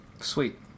Sweet